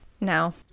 No